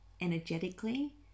energetically